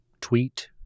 tweet